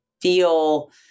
feel